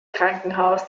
krankenhaus